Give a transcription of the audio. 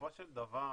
בסופו של דבר,